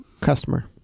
customer